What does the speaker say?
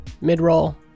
mid-roll